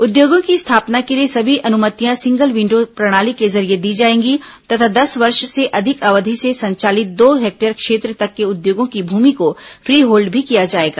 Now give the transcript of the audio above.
उद्योगों की स्थापना के लिए सभी अनुमतियां सिंगल विन्डो प्रणाली के जरिये दी जाएंगी तथा दस वर्ष से अधिक अवधि से संचालित दो हेक्टेयर क्षेत्र तक के उद्योगों की भूमि को फ्री होल्ड भी किया जाएगा